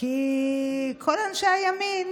כי כל אנשי הימין